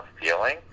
feeling